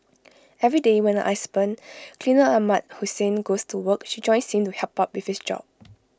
every day when I husband cleaner Ahmad Hussein goes to work she joins him to help out with his job